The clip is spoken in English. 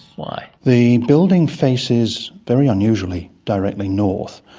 why? the building faces, very unusually, directly north,